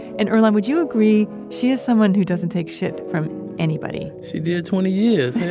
and earlonne, would you agree she is someone who doesn't take shit from anybody? she did twenty years,